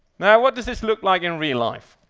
now what does this look like in real life?